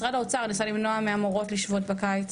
משרד האוצר ניסה למנוע מהמורות לשבות בקיץ,